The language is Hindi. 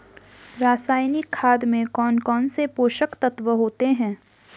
रासायनिक खाद में कौन कौन से पोषक तत्व होते हैं?